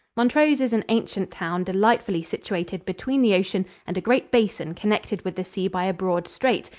montrose is an ancient town delightfully situated between the ocean and a great basin connected with the sea by a broad strait,